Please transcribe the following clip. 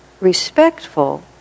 respectful